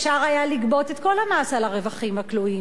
אפשר היה לגבות את כל המס על הרווחים הכלואים.